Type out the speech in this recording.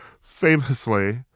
famously